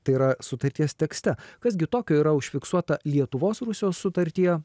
tai yra sutarties tekste kas gi tokio yra užfiksuota lietuvos rusijos sutartyje